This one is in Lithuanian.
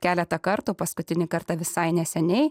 keletą kartų paskutinį kartą visai neseniai